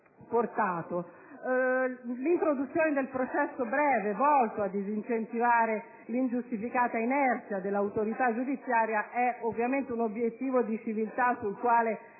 portato. L'introduzione del processo breve, volto a disincentivare l'ingiustificata inerzia dall'autorità giudiziaria, è ovviamente un obiettivo di civiltà sul quale